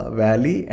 valley